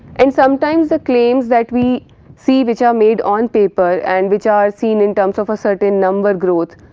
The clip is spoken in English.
and sometimes the claims that we see which are made on paper and which are seen in terms of a certain number growth,